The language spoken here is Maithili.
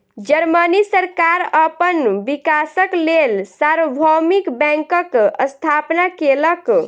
जर्मनी सरकार अपन विकासक लेल सार्वभौमिक बैंकक स्थापना केलक